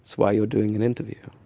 why you're doing an interview.